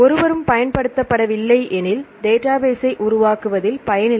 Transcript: ஒருவரும் பயன்படுத்தவில்லை எனில் டேட்டாபேஸ்ஸை உருவாக்குவதில் பயனில்லை